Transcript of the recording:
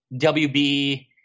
WB